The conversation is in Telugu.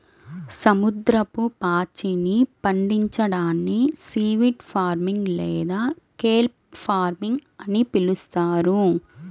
సముద్రపు పాచిని పండించడాన్ని సీవీడ్ ఫార్మింగ్ లేదా కెల్ప్ ఫార్మింగ్ అని పిలుస్తారు